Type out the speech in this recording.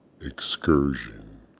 excursion